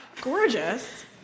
Gorgeous